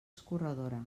escorredora